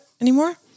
anymore